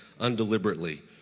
undeliberately